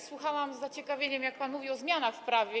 Słuchałam z zaciekawieniem, jak pan mówił o zmianach w prawie.